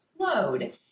explode